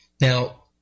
Now